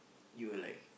you will like